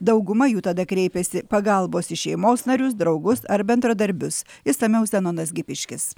dauguma jų tada kreipėsi pagalbos į šeimos narius draugus ar bendradarbius išsamiau zenonas gipiškis